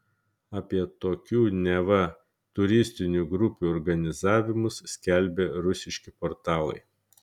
apie tokių neva turistinių grupių organizavimus skelbė rusiški portalai